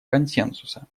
консенсуса